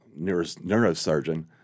neurosurgeon